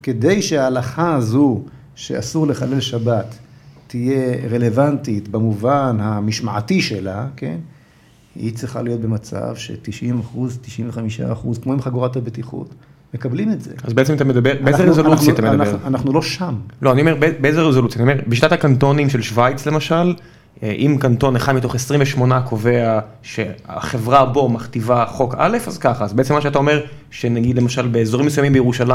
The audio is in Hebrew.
כדי שההלכה הזו, שאסור לחלל שבת, תהיה רלוונטית במובן המשמעתי שלה, היא צריכה להיות במצב ש-90%, 95%, כמו עם חגורת הבטיחות, מקבלים את זה. אז בעצם אתה מדבר, באיזה רזולוציה אתה מדבר? אנחנו לא שם. לא, אני אומר, באיזה רזולוציה? זאת אומרת, בשיטת הקנטונים של שווייץ' למשל, אם קנטון אחד מתוך 28 קובע שהחברה בו מכתיבה חוק א', אז ככה, אז בעצם מה שאתה אומר, שנגיד למשל באזורים מסוימים בירושלים,